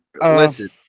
Listen